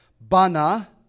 Bana